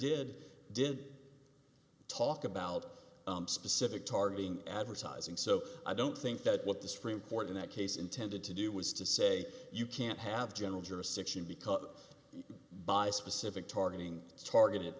did did talk about specific targeting advertising so i don't think that what the supreme court in that case intended to do was to say you can't have general jurisdiction because by specific targeting targeted